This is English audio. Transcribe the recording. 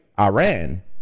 Iran